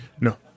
No